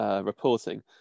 reporting